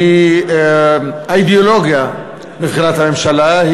האידיאולוגיה מבחינת הממשלה,